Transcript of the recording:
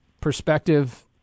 perspective